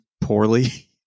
poorly